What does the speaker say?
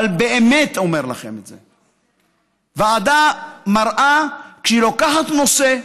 אבל באמת אומר לכם את זה: הוועדה מראה שכשהיא לוקחת נושא,